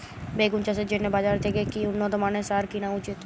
বেগুন চাষের জন্য বাজার থেকে কি উন্নত মানের সার কিনা উচিৎ?